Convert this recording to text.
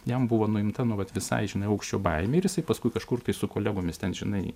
jam buvo nuimta nuolat visai žinai aukščio baimė ir jisai paskui kažkur su kolegomis ten žinai